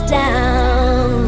down